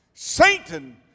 Satan